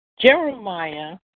Jeremiah